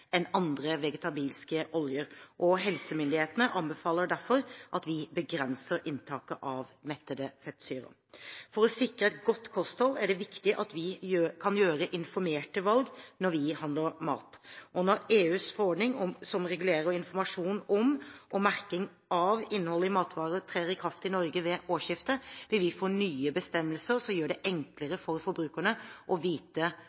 enn andre vegetabilske oljer. Helsemyndighetene anbefaler derfor at vi begrenser inntaket av mettede fettsyrer. For å sikre et godt kosthold er det viktig at vi kan gjøre informerte valg når vi handler mat. Når EUs forordning som regulerer informasjon om og merking av innhold i matvarer, trer i kraft i Norge ved årsskiftet, vil vi få nye bestemmelser som gjør det enklere for forbrukerne å vite